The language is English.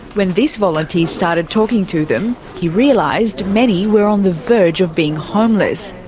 when this volunteer started talking to them, he realised many were on the verge of being homeless,